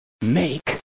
make